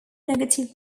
negative